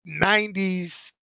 90s